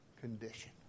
condition